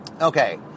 Okay